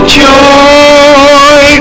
joy